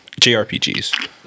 JRPGs